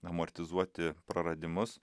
amortizuoti praradimus